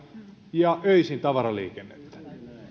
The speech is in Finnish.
ja öisin tavaraliikennettä